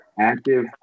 active